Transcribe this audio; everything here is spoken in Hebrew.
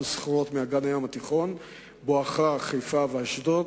סחורות מאגן הים התיכון בואכה חיפה ואשדוד,